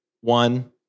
one